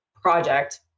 project